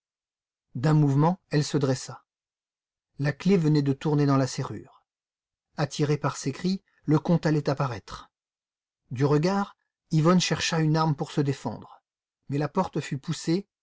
d'un mouvement elle se dressa la clef venait de tourner dans la serrure attiré par ses cris le comte allait apparaître du regard yvonne chercha une arme pour se défendre mais la porte fut poussée